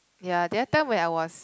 ya the other time when I was